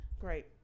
great